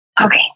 Okay